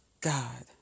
God